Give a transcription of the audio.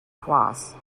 twice